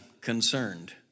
concerned